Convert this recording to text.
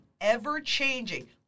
ever-changing